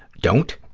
don't.